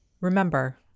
Remember